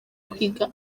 kwiga